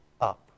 up